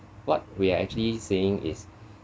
what we're actually saying is